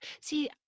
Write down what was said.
see